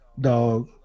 dog